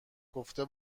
گفته